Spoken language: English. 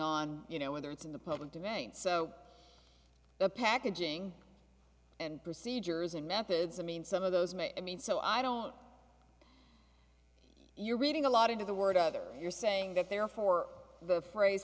on you know whether it's in the public debate so the packaging and procedures and methods i mean some of those may i mean so i don't you're reading a lot into the word either you're saying that therefore the phrase